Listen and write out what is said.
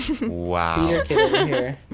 Wow